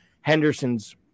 Henderson's